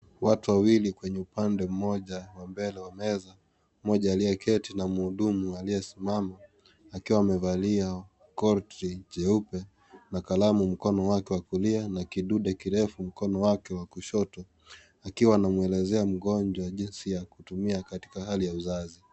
Watu wawili kwenye upande moja wa mbele wa meza. Mmoja aliyeketi na mhudumu aliyesimama, akiwa amevalia koti jeupe na kalamu mkono wake wa kulia na kidude kirefu mkono wake wa kushoto. Akiwa anamwelezea mgonjwa jinsi ya kutumia katika hali ya uzazi.